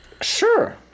Sure